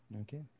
Okay